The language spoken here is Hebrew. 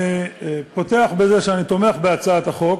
אני פותח בזה שאני תומך בהצעת החוק,